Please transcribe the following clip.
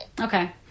Okay